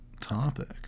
topic